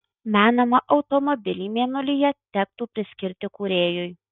menamą automobilį mėnulyje tektų priskirti kūrėjui